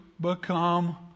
become